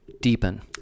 deepen